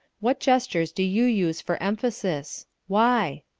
what gestures do you use for emphasis? why?